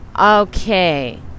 Okay